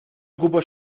ocupo